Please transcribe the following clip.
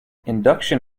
induction